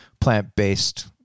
plant-based